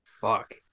Fuck